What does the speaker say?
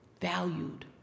valued